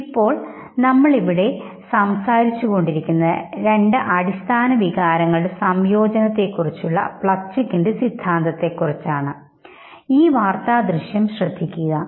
ഇപ്പോൾ ഇപ്പോൾ നമ്മൾ ഇവിടെ ഇവിടെ സംസാരിച്ചുകൊണ്ടിരിക്കുന്നത് രണ്ട് അടിസ്ഥാന വികാരങ്ങളുടെ സംയോജനത്തെക്കുറിച്ചുള്ള പ്ലച്ചിക്കിന്റെ സിദ്ധാന്തത്തെക്കുറിച്ചാണ് ഈ വാർത്താ ദൃശ്യം ശ്രദ്ധിക്കുക